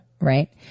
right